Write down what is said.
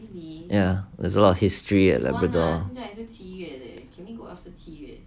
ya there's a lot of history at labrador